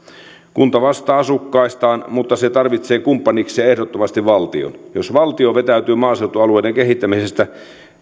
kunta vastaa asukkaistaan mutta se tarvitsee kumppanikseen ehdottomasti valtion jos valtio vetäytyy maaseutualueiden kehittämisestä